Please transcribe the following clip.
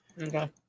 Okay